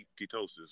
ketosis